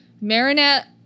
Marinette